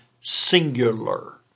singular